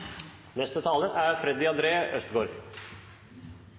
Neste taler er